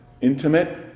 intimate